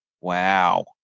Wow